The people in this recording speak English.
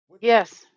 Yes